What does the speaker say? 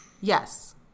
Yes